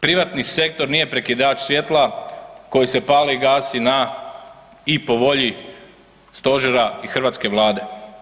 Privatni sektor nije prekidač svjetla koji se pali i gasi na i po volji stožera i hrvatske Vlade.